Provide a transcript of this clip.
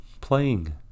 playing